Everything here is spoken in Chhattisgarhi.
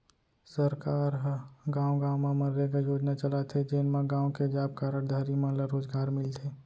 सरकार ह गाँव गाँव म मनरेगा योजना चलाथे जेन म गाँव के जॉब कारड धारी मन ल रोजगार मिलथे